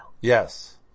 Yes